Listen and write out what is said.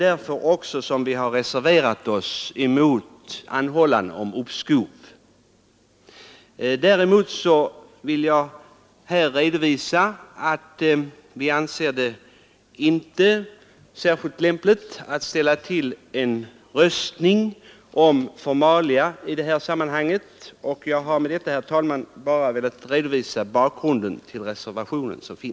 Därför har vi reserverat oss emot utskottets anhållan om uppskov på denna punkt. Å andra sidan vill jag här framhålla att vi reservanter anser det inte vara särskilt lämpligt att anordna röstning om formalia i detta sammanhang. Jag har med det anförda, herr talman, bara velat redovisa bakgrunden till reservationen.